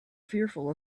fearful